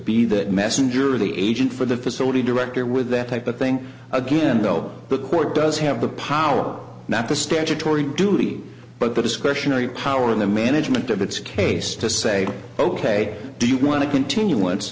be that messenger or the agent for the facility director with that type of thing again though the court does have the power not the statutory duty but the discretionary power in the management of its case to say ok do you want to continu